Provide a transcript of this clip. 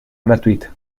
gratuita